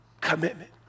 Commitment